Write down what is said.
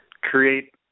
create